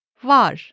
Var